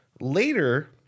Later